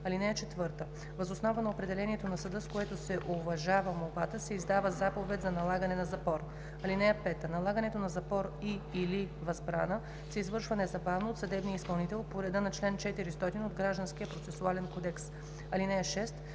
(4) Въз основа на определението на съда, с което се уважава молбата, се издава заповед за налагане на запор. (5) Налагането на запор и/или възбрана се извършва незабавно от съдебния изпълнител по реда на чл. 400 от Гражданския процесуален кодекс. (6)